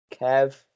Kev